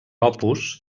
opus